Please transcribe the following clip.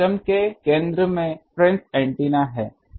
तो सिस्टम के केंद्र में रिफरेन्स एंटीना है